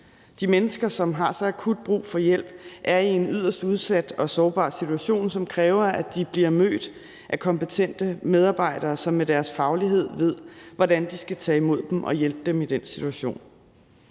De mennesker, som har så akut brug for hjælp, er i en yderst udsat og sårbar situation, som kræver, at de bliver mødt af kompetente medarbejdere, som med deres faglighed ved, hvordan de skal tage imod dem og hjælpe dem i den situation,